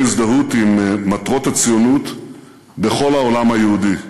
הזדהות עם מטרות הציונות בכל העולם היהודי.